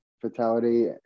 fatality